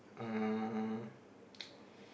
um